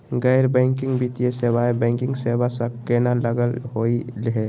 गैर बैंकिंग वित्तीय सेवाएं, बैंकिंग सेवा स केना अलग होई हे?